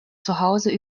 zuhause